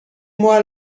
moi